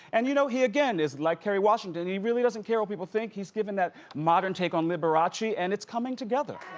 and you know he, again, is like kerry washington, he really doesn't care what people think. he's giving that modern take on liberace, and it's coming together.